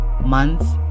months